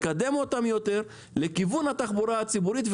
לקדם אותם יותר לכיוון התחבורה הציבורית,